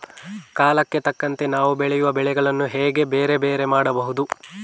ಕಾಲಕ್ಕೆ ತಕ್ಕಂತೆ ನಾವು ಬೆಳೆಯುವ ಬೆಳೆಗಳನ್ನು ಹೇಗೆ ಬೇರೆ ಬೇರೆ ಮಾಡಬಹುದು?